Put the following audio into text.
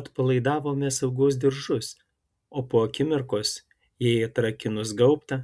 atpalaidavome saugos diržus o po akimirkos jai atrakinus gaubtą